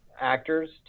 actors